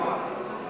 כבוד השר,